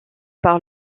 par